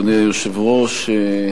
אדוני היושב-ראש,